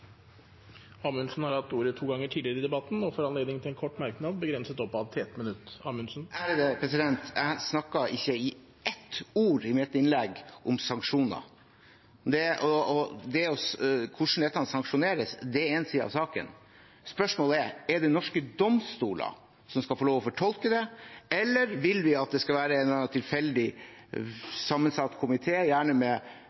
har hatt ordet to ganger tidligere og får ordet til en kort merknad, begrenset til 1 minutt. Jeg sa ikke ett ord om sanksjoner i mitt innlegg. Og hvordan dette sanksjoneres, det er én side av saken. Spørsmålet er: Er det norske domstoler som skal få lov å fortolke det, eller vil vi at det skal være en eller annen tilfeldig